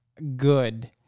good